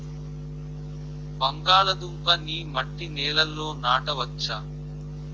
బంగాళదుంప నీ మట్టి నేలల్లో నాట వచ్చా?